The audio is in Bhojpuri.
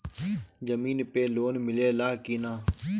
जमीन पे लोन मिले ला की ना?